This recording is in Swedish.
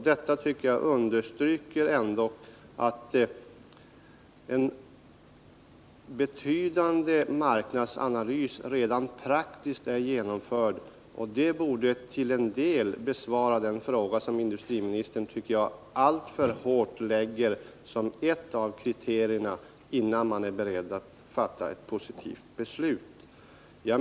Detta understryker att en betydande marknadsanalys redan praktiskt är genomförd, och det borde till en del besvara den fråga som jag tycker industriministern alltför hårt ställer upp som ett kriterium innan han är beredd att fatta ett positivt beslut.